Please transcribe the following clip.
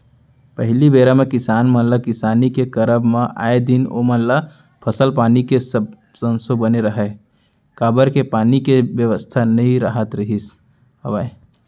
पहिली बेरा म किसान मन ल किसानी के करब म आए दिन ओमन ल फसल पानी के संसो बने रहय काबर के पानी के बेवस्था नइ राहत रिहिस हवय